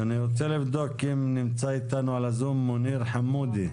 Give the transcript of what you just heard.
אני רוצה לבדוק אם נמצא איתנו על הזום מוניר חמודי.